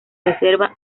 reserva